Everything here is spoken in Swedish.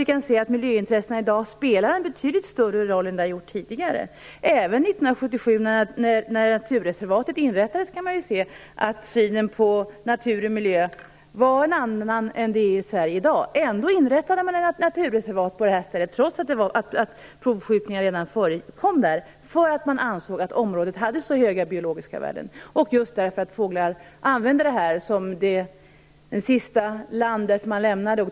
Vi kan se att miljöintressena i dag spelar en betydligt större roll än vad de har gjort tidigare. Även vid en jämförelse med 1977, när naturreservatet inrättades, kan man se att synen på natur och miljö var en annan. Ändå inrättade man ett naturreservat på detta ställe, trots att provskjutningar redan förekom där, därför att man ansåg att området hade så stora biologiska värden. Fåglar använder detta som det sista landområde de lämnar.